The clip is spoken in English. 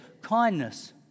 kindness